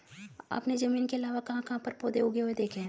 आपने जमीन के अलावा कहाँ कहाँ पर पौधे उगे हुए देखे हैं?